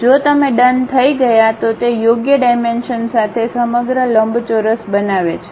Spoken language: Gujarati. જો તમે ડન થઈ ગયા તો તે યોગ્ય ડાઇમેંશનસાથે સમગ્ર લંબચોરસ બનાવે છે